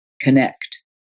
connect